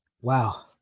wow